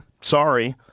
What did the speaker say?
Sorry